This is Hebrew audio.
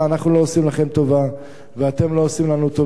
אנחנו לא עושים לכם טובה ואתם לא עושים לנו טובה.